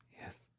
Yes